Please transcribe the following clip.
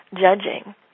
judging